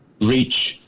reach